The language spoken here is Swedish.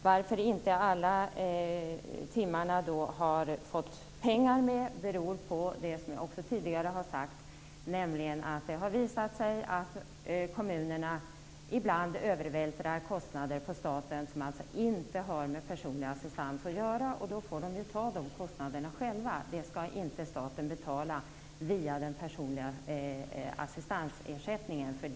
Varför inte alla timmarna har fått pengar beror på det som jag tidigare har sagt, nämligen att det har visat sig att kommunerna ibland övervältrar kostnader på staten som alltså inte har med personlig assistans att göra, och då får man ta de kostnaderna själv. Det skall inte staten betala via den personliga assistansersättningen.